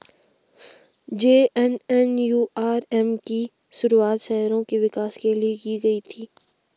JNNURM की शुरुआत शहरों के विकास के लिए की गई थी